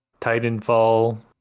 Titanfall